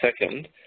second